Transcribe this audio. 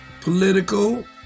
political